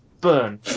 Burn